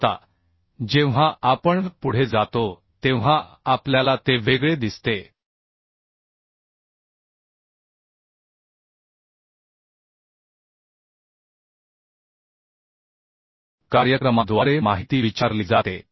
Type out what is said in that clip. आता जेव्हा आपण पुढे जातो तेव्हा आपल्याला ते वेगळे दिसते कार्यक्रमाद्वारे माहिती विचारली जाते